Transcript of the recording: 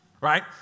right